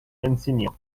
insignia